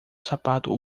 sapato